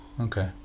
Okay